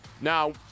Now